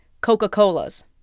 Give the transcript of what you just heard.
Coca-Colas